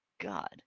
God